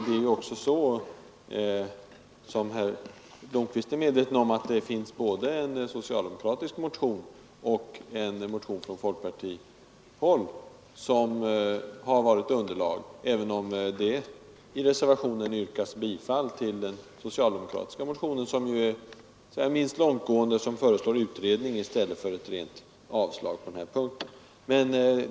Det är ju också, som herr Blomkvist är medveten om, både en socialdemokratisk motion och en motion från folkpartihåll som har varit underlag, även om det i reservationen yrkas bifall till den socialdemokratiska motionen, som ju är minst långtgående och som föreslår utredning i stället för ett rent avslag på den här punkten.